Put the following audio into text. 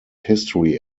history